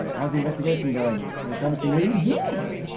how's the investigation going? any promising leads? yes.